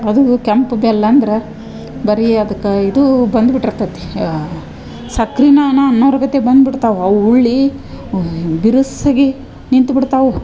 ಅದೂ ಕೆಂಪು ಬೆಲ್ಲ ಅಂದ್ರ ಬರೀ ಅದಕ್ಕೆ ಇದೂ ಬಂದು ಬಿಟ್ಟಿರ್ತೈತಿ ಸಕ್ರೆನ ನಾ ಅನ್ನೋರು ಗತೆ ಬಂದ್ಬಿಡ್ತವು ಅವು ಉಳ್ಳೀ ಬಿರುಸ್ಸಗಿ ನಿಂತು ಬಿಡ್ತಾವು